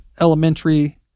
elementary